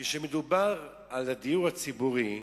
כשמדובר על הדיור הציבורי,